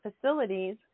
facilities